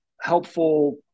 helpful